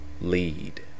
lead